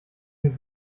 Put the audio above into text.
den